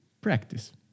practice